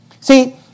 See